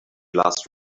last